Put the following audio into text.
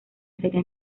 serie